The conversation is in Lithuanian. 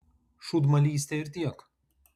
šūdmalystė ir tiek